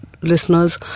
listeners